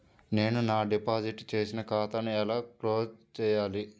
నేను నా డిపాజిట్ చేసిన ఖాతాను ఎలా క్లోజ్ చేయాలి?